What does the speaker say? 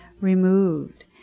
removed